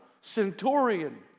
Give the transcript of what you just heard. centurion